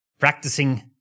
Practicing